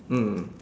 mm